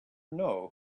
know